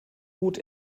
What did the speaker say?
gut